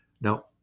Now